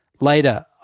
Later